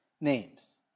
names